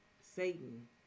Satan